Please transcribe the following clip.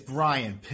Brian